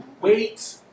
wait